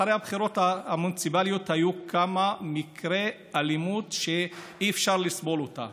אחרי הבחירות המוניציפליות היו כמה מקרי אלימות שאי-אפשר לסבול אותה.